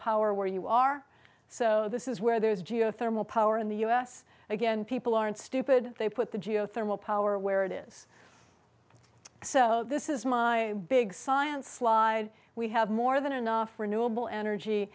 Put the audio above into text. power where you are so this is where there is geothermal power in the u s again people aren't stupid they put the geothermal power where it is so this is my big science slide we have more than enough renewable energy